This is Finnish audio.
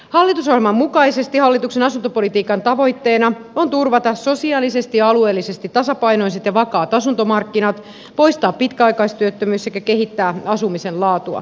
hallitusohjelman mukaisesti hallituksen asuntopolitiikan tavoitteena on turvata sosiaalisesti ja alueellisesti tasapainoiset ja vakaat asuntomarkkinat poistaa pitkäaikaisasunnottomuus sekä kehittää asumisen laatua